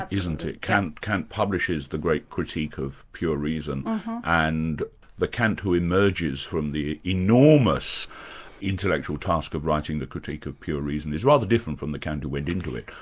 isn't it? kant kant publishes the great critique of pure reason and the kant who emerges from the enormous intellectual task of writing the critique of pure reason is rather different from the kant who went into it.